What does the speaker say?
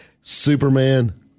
Superman